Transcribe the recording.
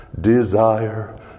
desire